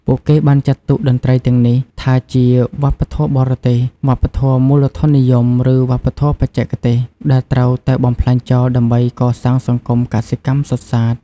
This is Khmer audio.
ពួកគេបានចាត់ទុកតន្ត្រីទាំងនេះថាជា "វប្បធម៌បរទេស" "វប្បធម៌មូលធននិយម" ឬ "វប្បធម៌បច្ចេកទេស" ដែលត្រូវតែបំផ្លាញចោលដើម្បីកសាងសង្គមកសិកម្មសុទ្ធសាធ។